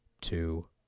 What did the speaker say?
two